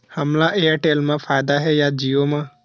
हमला एयरटेल मा फ़ायदा हे या जिओ मा?